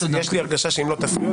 יש לי הרגשה שאם לא תפריעו,